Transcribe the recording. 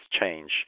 change